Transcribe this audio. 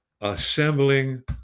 assembling